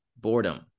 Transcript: boredom